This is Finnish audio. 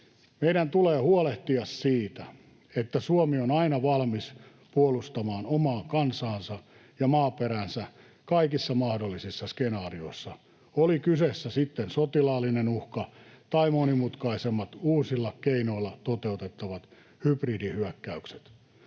Meidän tulee huolehtia siitä, että Suomi on aina valmis puolustamaan omaa kansaansa ja maaperäänsä kaikissa mahdollisissa skenaarioissa, oli kyseessä sitten sotilaallinen uhka tai monimutkaisemmat, uusilla keinoilla toteutettavat hybridihyökkäykset.